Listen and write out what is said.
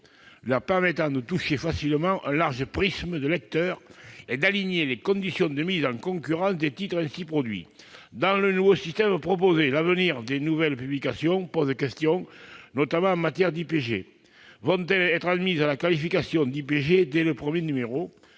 leur permettant de toucher facilement un large prisme de lecteurs, et d'aligner les conditions de mise en concurrence des titres ainsi produits. Dans le nouveau système proposé, l'avenir des nouvelles publications pose question, notamment en matière d'IPG. Seront-elles admises à la qualification d'IPG dès le premier numéro ?